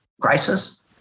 crisis